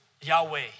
Yahweh